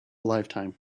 lifetime